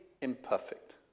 imperfect